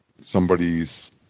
somebody's